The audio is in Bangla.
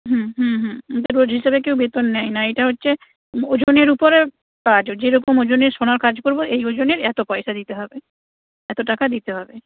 হুম হুম হুম রোজ হিসাবে কেউ বেতন নেয় না এইটা হচ্ছে ওজনের উপরে কাজ যে রকম ওজনের সোনার কাজ করবো এই ওজনের এত পয়সা দিতে হবে এত টাকা দিতে হবে